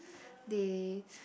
they